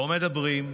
לא מדברים,